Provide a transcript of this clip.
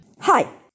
Hi